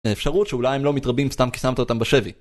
אפשרות שאולי הם לא מתרבים סתם כי שמת אותם בשווי